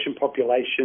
population